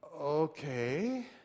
okay